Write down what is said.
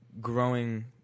growing